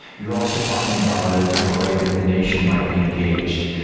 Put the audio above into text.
you're also talking about a different way that the nation might be engaged.